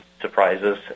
surprises